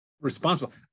responsible